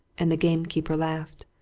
and the gamekeeper laughed.